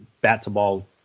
bat-to-ball